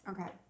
Okay